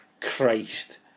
Christ